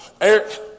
Eric